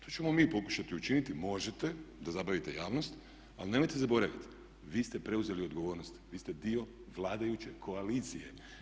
To ćemo mi pokušati učiniti, možete da zabavite javnost, ali nemojte zaboraviti vi ste preuzeli odgovorno, vi ste dio vladajuće koalicije.